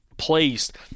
Placed